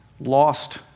lost